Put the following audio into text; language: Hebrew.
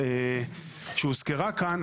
שהוזכרה כאן,